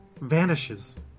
vanishes